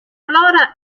flora